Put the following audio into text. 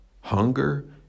hunger